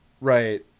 Right